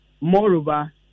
Moreover